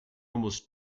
almost